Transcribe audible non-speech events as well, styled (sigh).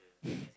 (breath)